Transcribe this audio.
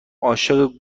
عاشق